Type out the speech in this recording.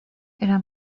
era